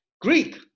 Greek